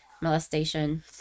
molestation